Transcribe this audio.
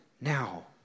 now